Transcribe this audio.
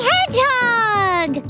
Hedgehog